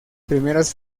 primeras